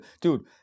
dude